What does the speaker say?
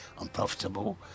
unprofitable